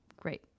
Great